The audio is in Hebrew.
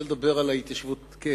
אני רוצה לדבר על ההתיישבות כערך.